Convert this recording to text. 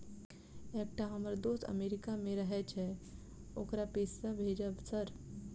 एकटा हम्मर दोस्त अमेरिका मे रहैय छै ओकरा पैसा भेजब सर?